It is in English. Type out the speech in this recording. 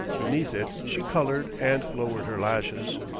beneath it she colored and lowered her lashes.